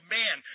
man